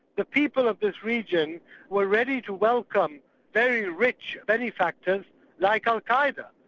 the people of this region were ready to welcome very rich benefactors like al-qa'eda,